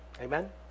Amen